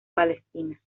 palestina